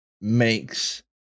makes